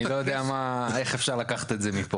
אני לא יודע איך אפשר לקחת את זה מפה.